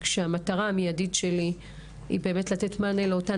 כשהמטרה המידית שלי היא לתת מענה לאותן